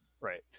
Right